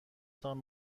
تان